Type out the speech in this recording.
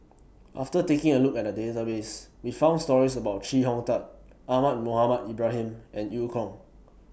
after taking A Look At The Database We found stories about Chee Hong Tat Ahmad Mohamed Ibrahim and EU Kong